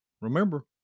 Remember